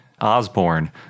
Osborne